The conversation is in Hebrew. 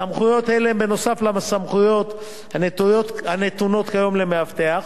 סמכויות אלה הן נוסף על סמכויות הנתונות כיום למאבטח,